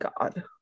God